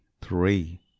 three